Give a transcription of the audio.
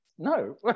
No